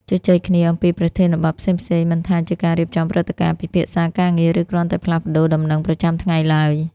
ជជែកគ្នា អំពីប្រធានបទផ្សេងៗ មិនថាជាការរៀបចំព្រឹត្តិការណ៍ ពិភាក្សាការងារ ឬគ្រាន់តែផ្លាស់ប្ដូរដំណឹងប្រចាំថ្ងៃឡើយ។